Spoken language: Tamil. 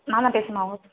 நான் தான் பேசுணும் அவங்க